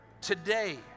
today